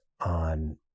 on